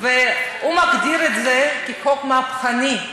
הוא מגדיר את זה כחוק מהפכני,